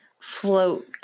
Float